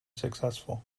successful